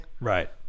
Right